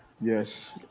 Yes